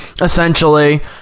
essentially